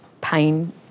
pain